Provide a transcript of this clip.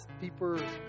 deeper